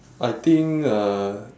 I think uh